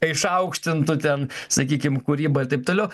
išaukštintų ten sakykim kūrybą ir taip toliau